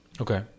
Okay